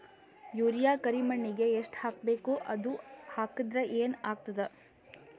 Urea ಕರಿಮಣ್ಣಿಗೆ ಎಷ್ಟ್ ಹಾಕ್ಬೇಕ್, ಅದು ಹಾಕದ್ರ ಏನ್ ಆಗ್ತಾದ?